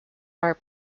are